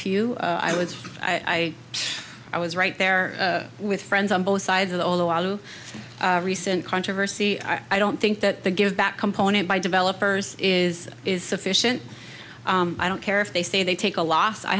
few i was i i was right there with friends on both sides of the aisle who recent controversy i don't think that the give back component by developers is is sufficient i don't care if they say they take a loss i